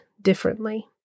differently